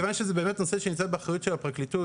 מכיוון שזה באמת נושא שנמצא באחריות של הפרקליטות,